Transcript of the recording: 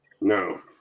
No